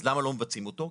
אז למה לא מבצעים אותו?